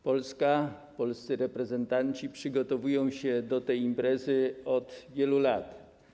Polska, polscy reprezentanci przygotowują się do tej imprezy od wielu lat.